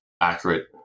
accurate